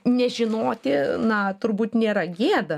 nežinoti na turbūt nėra gėda